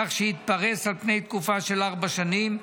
כך שיתפרס על פני תקופה של ארבע שנים,